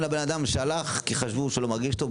אלא בן אדם שהלך כי חשבו שהוא לא מרגיש טוב,